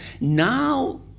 Now